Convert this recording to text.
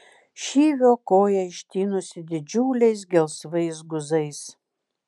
šyvio koja ištinusi didžiuliais gelsvais guzais